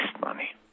money